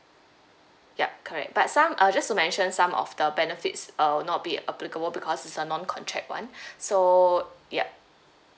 ya correct but some uh just to mention some of the benefits uh will not be applicable because it's a non-contract one so ya